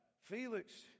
Felix